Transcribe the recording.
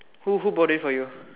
who who bought it for you